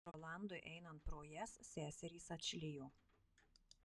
rolandui einant pro jas seserys atšlijo